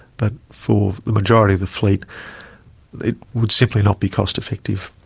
but for the majority of the fleet it would simply not be cost effective.